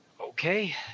Okay